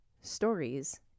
stories